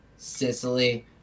sicily